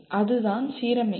அதுதான் சீரமைப்பு